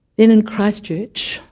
in and christchurch,